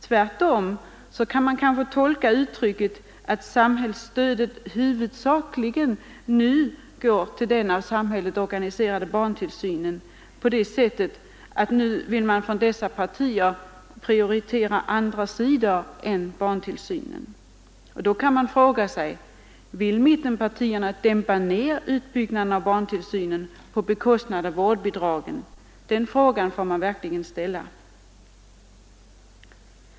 Tvärtom kan man kanske tolka uttrycket, att samhällsstödet nu huvudsakligen går till den av samhället organiserade barntillsynen, på det sättet att man inom dessa partier vill prioritera andra sektorer än barntillsynen. Då kan man fråga sig: Vill mittenpartierna dämpa ner utbyggnaden av barntillsynen på bekostnad av vårdnadsbidragen? Den frågan kan man verkligen ställa.